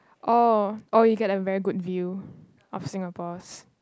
oh oh you get a very good view of Singapore's